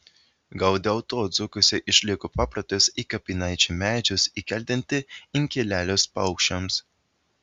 gal dėl to dzūkuose išliko paprotys į kapinaičių medžius įkeldinti inkilėlius paukščiams